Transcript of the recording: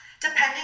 Depending